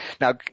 Now